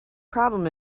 problem